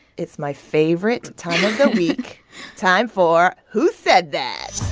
it's my favorite time of the week time for who said that?